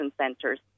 centers